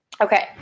Okay